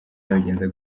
babigenza